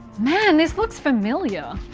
man this looks familiar.